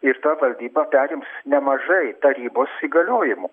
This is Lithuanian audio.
ir ta valdyba perims nemažai tarybos įgaliojimų